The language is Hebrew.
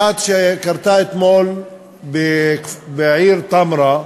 אחת שקרתה אתמול בעיר תמרה,